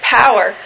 power